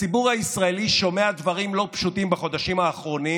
הציבור הישראלי שומע דברים לא פשוטים בחודשים האחרונים,